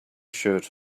shirt